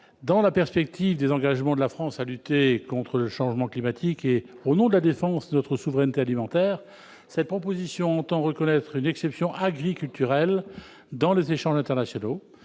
Dans la perspective des engagements de la France à lutter contre le changement climatique et au nom de la défense de notre souveraineté alimentaire, cette proposition entend reconnaître une exception agriculturelle dans les échanges internationaux.